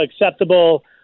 acceptable